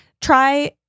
try